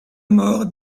mort